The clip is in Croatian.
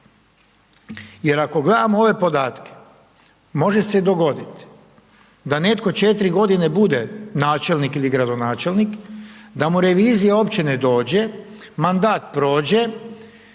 Jer ako gledamo ove podatke može se dogoditi da netko 4 godine bude načelnik ili gradonačelnik, da mu revizija uopće ne dođe, mandat prođe,